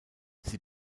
sie